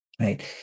right